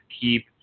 keep